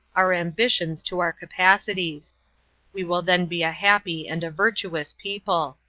our ambition to our capacities we will then be a happy and a virtuous people.